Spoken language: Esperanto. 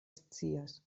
scias